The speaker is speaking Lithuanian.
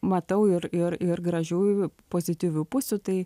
matau ir ir ir gražiųjų pozityvių pusių tai